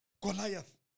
Goliath